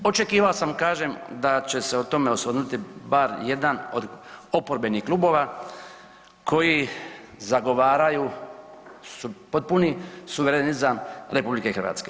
Očekivao sam kažem da će se o tome osvrnuti bar jedan od oporbenih klubova koji zagovaraju potpuni suverenizam RH.